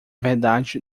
verdade